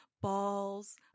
balls